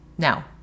Now